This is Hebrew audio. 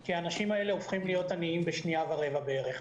כי אנשים האלה הופכים לעניים בשנייה ורבע בערך,